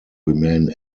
remain